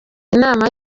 inama